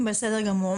בסדר גמור.